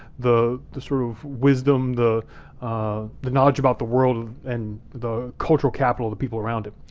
the the sort of wisdom, the ah the knowledge about the world and the cultural capital of the people around him,